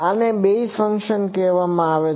આને basis function કહેવામાં આવે છે